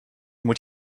moet